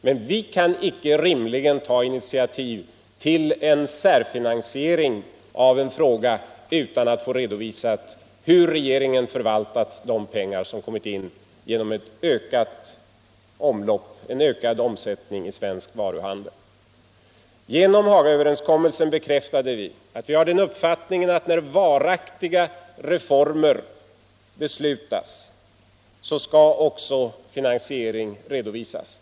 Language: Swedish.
Men vi kan icke rimligen ta initiativ till en särfinansiering utan att få redovisat hur regeringen förvaltat de pengar som kommit in till följd av en ökad omsättning i svensk varuhandel. Genom Hagaöverenskommelsen bekräftade vi att vi har uppfattningen att när varaktiga reformer beslutas skall också finansieringen redovisas.